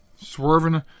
swerving